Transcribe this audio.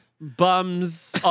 bums